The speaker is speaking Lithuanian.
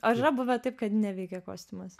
ar yra buvę taip kad neveikė kostiumas